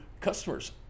customers